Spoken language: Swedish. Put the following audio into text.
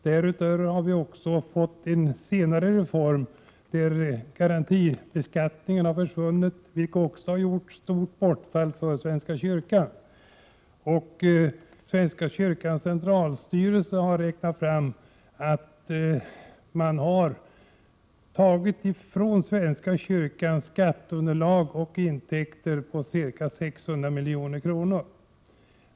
Därutöver har garantibeskattningen försvunnit, vilket också har inneburit ett stort bortfall för svenska kyrkan. Svenska kyrkans centralstyrelse har räknat ut att man har tagit ifrån svenska kyrkan skatteunderlag och intäkter på ca 600 milj.kr.